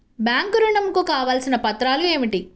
Bank ఋణం కు కావలసిన పత్రాలు ఏమిటి?